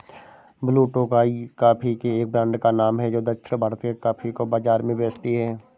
blue Tokai coffee के एक brand का नाम है जो दक्षिण भारत के कॉफी को बाजार में बेचती है